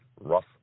rough